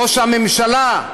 ראש הממשלה,